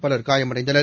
power காயமடைந்தனர்